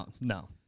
No